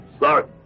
Sorry